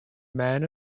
man